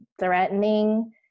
threatening